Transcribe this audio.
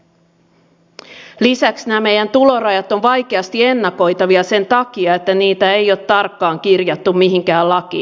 lisäksi nämä meidän tulorajat ovat vaikeasti ennakoitavia sen takia että niitä ei ole tarkkaan kirjattu mihinkään lakiin